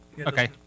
Okay